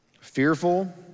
Fearful